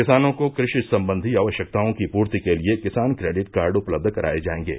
किसानों को कृषि संबंधी आवश्यकताओं की पूर्ति के लिए किसान क्रेडिट कार्ड उपलब्ध कराये जायेंगे